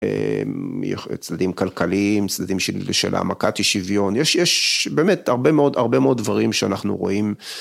צדדים כלכליים, צדדים של העמקת אי-שוויון, יש באמת הרבה מאוד דברים שאנחנו רואים.